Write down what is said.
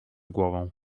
głową